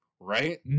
right